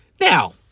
Now